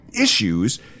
issues